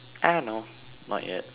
I don't know not yet